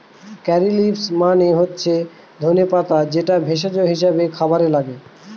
কারী leaves মানে হচ্ছে ধনে পাতা যেটা ভেষজ হিসাবে খাবারে লাগে